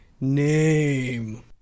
name